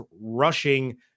rushing